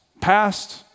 past